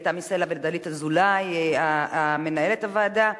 לתמי סלע ולדלית אזולאי, מנהלת הוועדה.